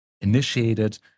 initiated